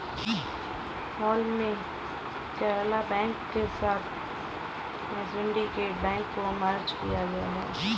हाल ही में केनरा बैंक के साथ में सिन्डीकेट बैंक को मर्ज किया गया है